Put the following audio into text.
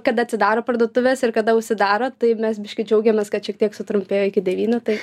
kada atsidaro parduotuvės ir kada užsidaro tai mes biškį džiaugiamės kad šiek tiek sutrumpėjo iki devynių tai